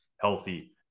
healthy